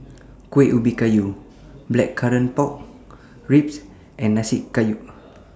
Kueh Ubi Kayu Blackcurrant Pork Ribs and Nasi Campur